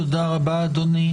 תודה רבה, אדוני.